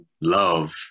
love